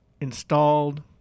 installed